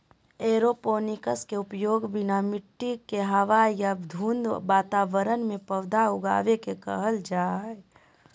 aeroponics के उपयोग बिना मिट्टी के हवा या धुंध वातावरण में पौधा उगाबे के कहल जा हइ